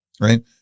right